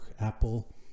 apple